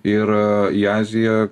ir į aziją